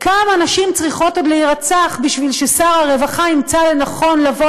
כמה נשים צריכות עוד להירצח בשביל ששר הרווחה ימצא לנכון לבוא